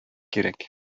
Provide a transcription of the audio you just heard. кирәк